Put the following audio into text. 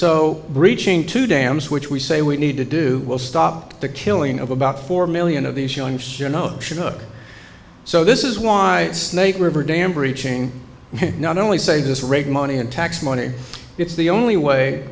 so breaching to dams which we say we need to do will stop the killing of about four million of these youngsters you know shook so this is why snake river dam breaching not only saves us reg money and tax money it's the only way